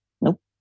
Nope